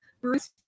Bruce